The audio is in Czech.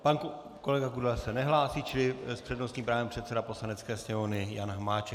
Pan kolega Kudela se nehlásí, čili s přednostním právem předseda Poslanecké sněmovny Jan Hamáček.